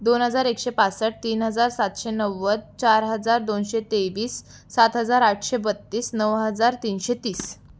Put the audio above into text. दोन हजार एकशे पासष्ठ तीन हजार सातशे नव्वद चार हजार दोनशे तेवीस सात हजार आठशे बत्तीस नऊ हजार तीनशे तीस